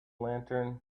lantern